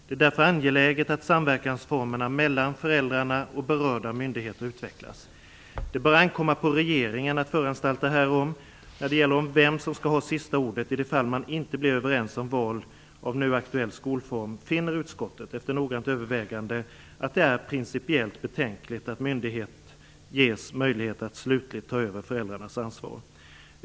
Det är därför angeläget att samverkansformerna mellan föräldrarna och berörda myndigheter utvecklas. Det bör ankomma på regeringen att föranstalta härom. När det gäller frågan om vem som skall ha sista ordet, i de fall man inte blir överens om val av nu aktuell skolform, finner utskottet, efter noggrant övervägande, att det är principiellt betänkligt att myndighet ges möjlighet att slutligt ta över föräldrarnas ansvar.